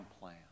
plan